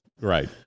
Right